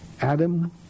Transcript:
Adam